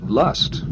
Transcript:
lust